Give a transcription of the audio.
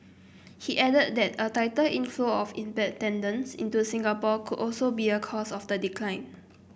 he added that a tighter inflow of expat tenants into Singapore could also be a cause of the decline